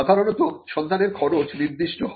সাধারণত সন্ধানের খরচ নির্দিষ্ট হয়